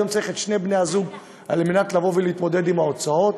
היום צריכים שני בני הזוג להתמודד עם ההוצאות,